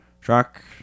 truck